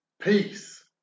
Peace